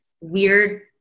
weird